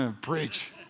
Preach